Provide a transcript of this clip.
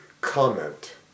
comment